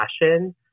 passion